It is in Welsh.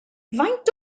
faint